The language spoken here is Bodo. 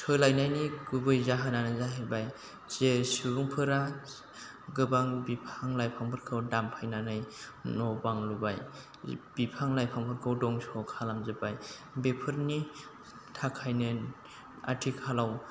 सोलायनायनि गुबै जाहोनानो जाहैबाय जे सुबुंफोरा गोबां बिफां लाइफांफोरखौ दानफायनानै न' बां लुबाय बिफां लाइफांफोरखौ दंस' खालामजोबबाय बेफोरनि थाखायनो आथिखालाव